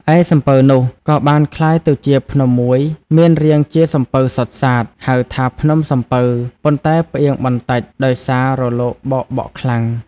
ឯសំពៅនោះ ក៏បានក្លាយទៅជាភ្នំធំមួយ មានរាងជាសំពៅសុទ្ធសាធ ហៅថា ភ្នំសំពៅ ប៉ុន្តែផ្អៀងបន្តិចដោយសាររលកបោកបក់ខ្លាំង។